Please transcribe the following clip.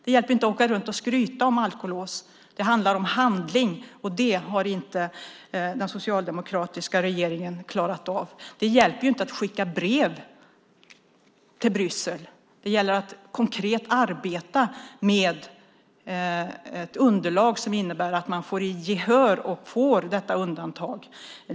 Det hjälper inte att åka runt och skryta om alkolås. Det handlar om handling, och det har inte den socialdemokratiska regeringen klarat av. Det hjälper inte att skicka brev till Bryssel. Det gäller att konkret arbeta med ett underlag som innebär att man får gehör och får detta undantag.